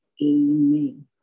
amen